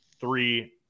three